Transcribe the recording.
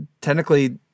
technically –